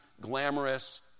glamorous